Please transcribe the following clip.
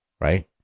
right